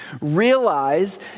Realize